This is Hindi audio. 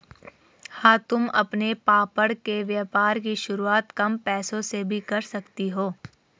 हाँ तुम अपने पापड़ के व्यापार की शुरुआत कम पैसों से भी कर सकती हो